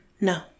No